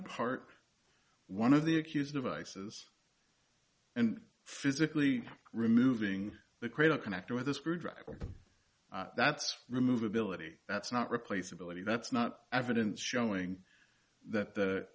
apart one of the accused of isis and physically removing the cradle connector with a screwdriver that's remove ability that's not replace ability that's not evidence showing that